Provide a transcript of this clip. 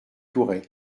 tourret